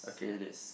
it is